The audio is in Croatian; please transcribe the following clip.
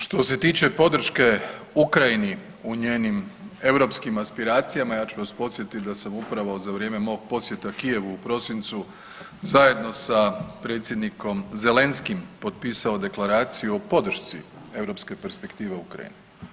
Što se tiče podrške Ukrajini u njenim europskim aspiracijama ja ću vas podsjetit da sam upravo za vrijeme mog posjeta Kijevu u prosincu zajedno sa predsjednikom Zelenskyim potpisao Deklaraciju o podršci europske perspektive Ukrajini.